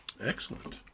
excellent